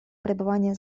пребывания